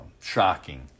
shocking